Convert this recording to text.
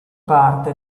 parte